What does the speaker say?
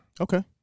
Okay